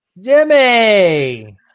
Jimmy